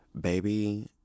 baby